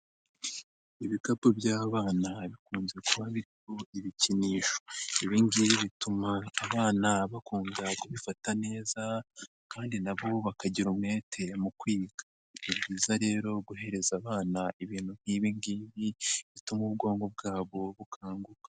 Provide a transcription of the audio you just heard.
Ibikapu by'abana bikunze kuba birimo ibikinisho. Ibi ngibi bituma abana bakunda kubifata neza kandi na bo bakagira umwete mu kwiga. Ni byiza rero guhereza abana ibintu nk'ibi ngibi, bituma ubwonko bwabo bukanguka.